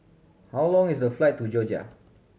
how long is the flight to Georgia